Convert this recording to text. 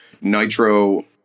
Nitro